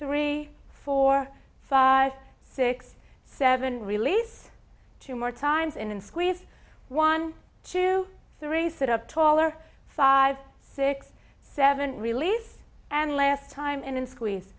three four five six seven release two more times in and squeeze one two three sit up taller five six seven release and last time in and squeeze